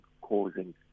causing